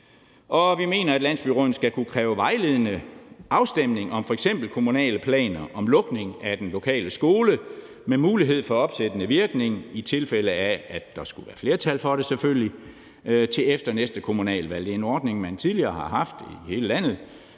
Vi mener, at landsbyrådene skal kunne kræve vejledende afstemning om f.eks. kommunale planer om lukning af den lokale skole med mulighed for opsættende virkning – i tilfælde af at der skulle være flertal for det, selvfølgelig – til efter næste kommunalvalg. Det er en ordning, man tidligere har haft i hele landet,